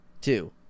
two